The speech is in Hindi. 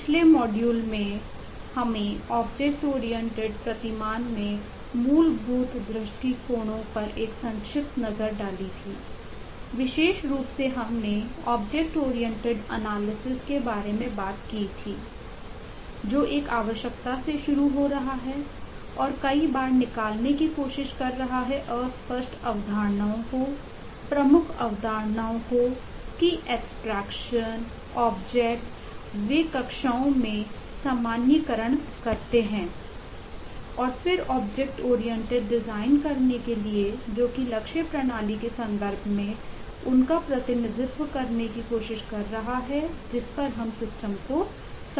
पिछले मॉड्यूल में हमें ऑब्जेक्ट ओरिएंटेड को बनाना करना चाहते हैं